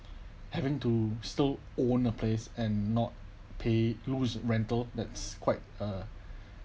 having to still own a place and not pay lose rental that's quite uh